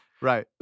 Right